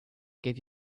gave